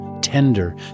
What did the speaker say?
tender